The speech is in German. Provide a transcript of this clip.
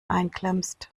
einklemmst